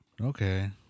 Okay